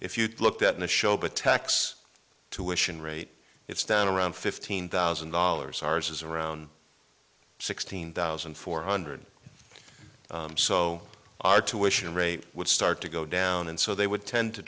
if you looked at in a show but tax tuition rate it's down around fifteen thousand dollars ours is around sixteen thousand four hundred so our tuition rate would start to go down and so they would tend to